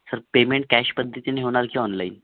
sir payment cash पद्धतीने होणार की ऑनलाईन